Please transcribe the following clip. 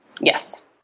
Yes